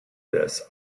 this